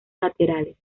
laterales